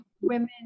women